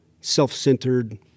self-centered